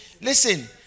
Listen